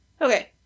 Okay